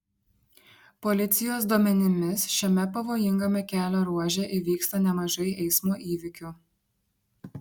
policijos duomenimis šiame pavojingame kelio ruože įvyksta nemažai eismo įvykių